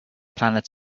planet